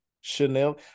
chanel